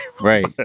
Right